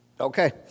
Okay